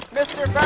mr. bird,